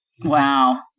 Wow